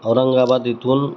औरंगाबाद इथून